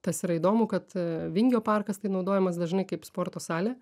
tas yra įdomu kad vingio parkas tai naudojamas dažnai kaip sporto salė